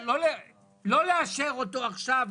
לא לאשר אותו עכשיו,